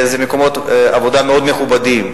זה מקומות עבודה מאוד מכובדים,